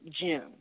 June